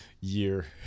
year